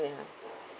ya